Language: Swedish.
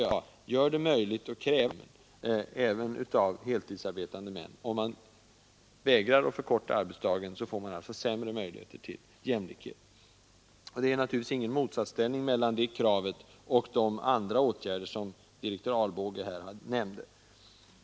Men en kortare arbetsdag gör det möjligt att kräva större insats i hemmen — även av heltidsarbetande män. Om man vägrar att förkorta arbetsdagen får man alltså sämre möjligheter till jämlikhet. Och det är naturligtvis ingen motsatsställning mellan kravet på sex timmars arbetsdag och de andra åtgärder som direktör Albåge nämnde.